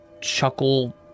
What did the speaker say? chuckle